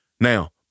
Now